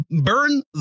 burn